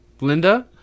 Linda